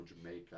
Jamaica